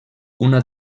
una